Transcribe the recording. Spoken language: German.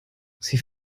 sie